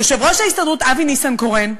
יושב-ראש ההסתדרות אבי ניסנקורן,